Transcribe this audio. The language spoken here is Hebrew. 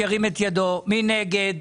מי נגד?